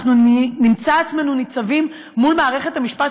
אנחנו נמצא עצמנו ניצבים מול מערכת המשפט